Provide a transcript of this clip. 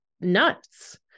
nuts